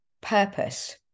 purpose